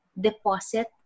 deposit